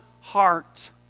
heart